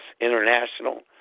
international